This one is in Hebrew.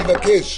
אני אשמח.